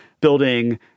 building